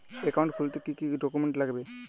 Account খুলতে কি কি ডকুমেন্ট লাগবে?